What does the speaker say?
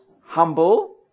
humble